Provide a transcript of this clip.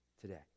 today